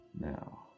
Now